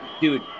Dude